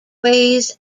ways